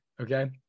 Okay